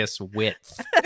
width